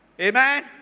Amen